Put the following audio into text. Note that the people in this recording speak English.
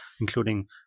including